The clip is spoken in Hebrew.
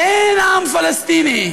אין עם פלסטיני.